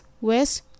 West